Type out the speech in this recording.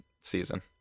season